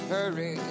Hurry